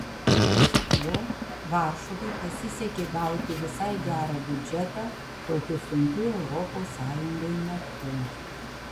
pasak jo varšuvai pasisekė gauti visai gerą biudžetą tokiu sunkiu europos sąjungai metu